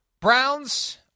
Browns